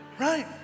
Right